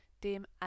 dem